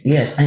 Yes